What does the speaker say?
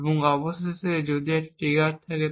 এবং অবশেষে যদি একটি ট্রিগার থাকে